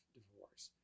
divorce